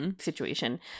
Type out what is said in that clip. situation